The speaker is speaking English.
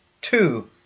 two